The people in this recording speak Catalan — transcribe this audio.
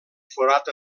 forat